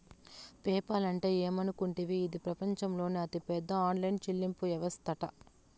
PayPal అంటే ఏమనుకుంటివి, ఇది పెపంచంలోనే అతిపెద్ద ఆన్లైన్ చెల్లింపు యవస్తట